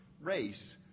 race